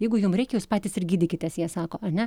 jeigu jum reikia jūs patys ir gydykitės jie sako a ne